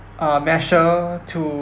uh measure to